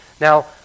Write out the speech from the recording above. Now